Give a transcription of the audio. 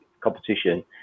competition